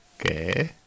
Okay